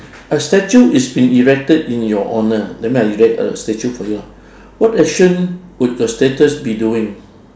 a statue is being erected in your honour that mean I erect a statue for you ah what action would your be doing